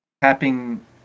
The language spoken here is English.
tapping